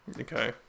Okay